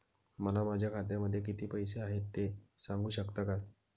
मला माझ्या खात्यामध्ये किती पैसे आहेत ते सांगू शकता का?